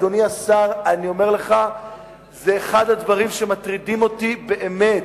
אדוני השר, זה אחד הדברים שמטרידים אותי באמת.